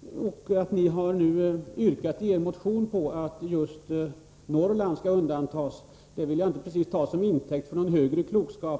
Det förhållandet att ni nu i er motion har yrkat att just Norrland skall undantas vill jag inte ta som tecken på någon högre klokskap.